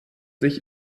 sich